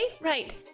right